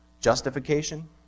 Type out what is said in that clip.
justification